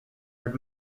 but